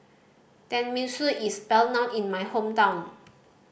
tenmusu is well known in my hometown